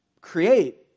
create